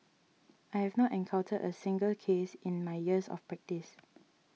I have not encountered a single case in my years of practice